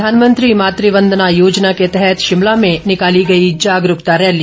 प्रधानमंत्री मातृवंदना योजना के तहत शिमला में निकाली गई जागरूकता रैली